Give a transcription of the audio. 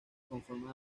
conforman